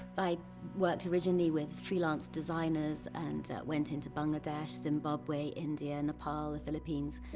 i worked originally with freelance designers and went into bangladesh, zimbabwe, india, nepal, the philippines,